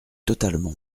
totalement